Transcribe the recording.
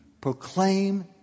Proclaim